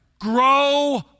Grow